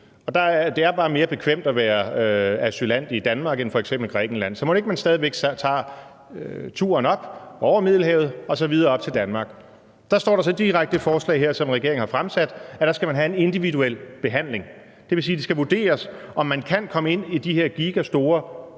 det er bare mere bekvemt at være asylant i Danmark end i f.eks. Grækenland. Så mon ikke man stadig væk tager turen op over Middelhavet og videre op til Danmark. Så står der så direkte i det forslag, regeringen har fremsat, at man skal have en individuel behandling. Det vil sige, at det skal vurderes, om man kan komme ind gennem de her gigastore